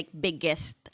biggest